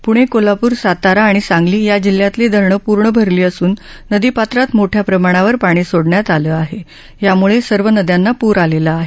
पूणे कोल्हापूर सातारा आणि सांगली या जिल्ह्यातली धरणं पूर्ण भरली असून नदी पात्रात मोठ्या प्रमाणावर पाणी सोडण्यात आलं आहे यामुळे सर्व नद्यांना पूर आलेला आहे